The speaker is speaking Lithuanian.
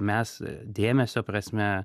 mes dėmesio prasme